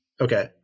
Okay